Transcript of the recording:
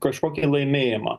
kažkokį laimėjimą